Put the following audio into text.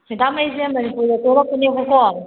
madam ꯑꯩꯁꯦ ꯃꯅꯤꯄꯨꯔꯗ ꯊꯣꯛꯂꯛꯄꯅꯦꯕꯀꯣ